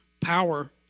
power